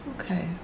okay